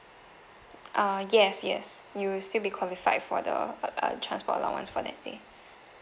err yes yes you will still be qualified for the uh transport allowance for that day